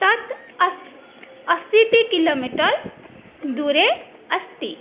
तद् अस् अशीतिकिलोमिटर् दूरे अस्ति